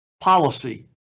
policy